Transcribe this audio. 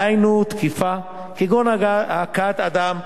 דהיינו תקיפה כגון הכאת אדם,